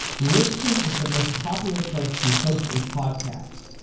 libsyn is the most popular place to host a podcast.